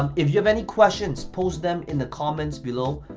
um if you have any questions, post them in the comments below.